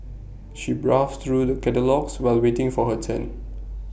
she browsed through the catalogues while waiting for her turn